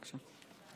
בבקשה.